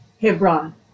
Hebron